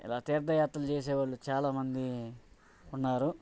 ఇలా తీర్ధయాత్రలు చేసే వాళ్ళు చాలామంది ఉన్నారు